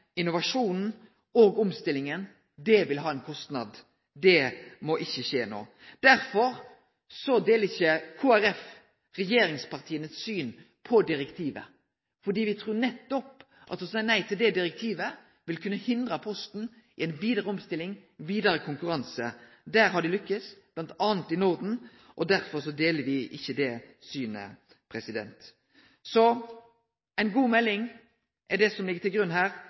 innovasjonen og omstillinga vil ha ein kostnad. Det må ikkje skje no. Derfor deler ikkje Kristeleg Folkeparti regjeringspartias syn på direktivet, fordi me trur nettopp at å seie nei til det direktivet vil kunne hindre Posten i ei vidare omstilling og vidare konkurranse. Det har dei lukkast med, bl.a. i Norden, og derfor deler me ikkje det synet. Ei god melding er det som ligg til grunn her.